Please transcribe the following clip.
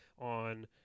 on